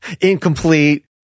incomplete